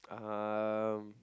um